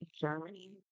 Germany